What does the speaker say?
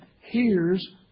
hears